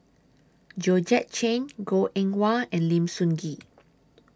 Georgette Chen Goh Eng Wah and Lim Sun Gee